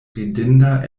ridinda